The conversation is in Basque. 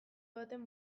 baten